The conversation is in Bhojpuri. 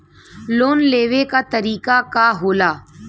लोन लेवे क तरीकाका होला?